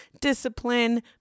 discipline